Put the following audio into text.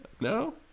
No